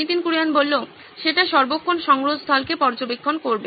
নীতিন কুরিয়ান সেটা সর্বক্ষণ সংগ্রহস্থল কে পর্যবেক্ষণ করবে